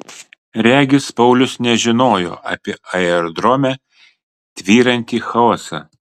regis paulius nežinojo apie aerodrome tvyrantį chaosą